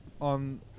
on